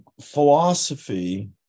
philosophy